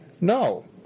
no